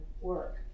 work